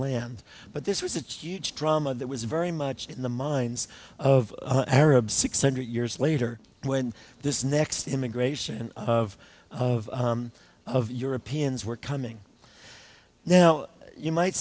land but this was a huge drama that was very much in the minds of arabs six hundred years later when this next immigration of of of europeans we're coming now you might